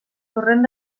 torrent